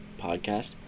podcast